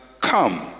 come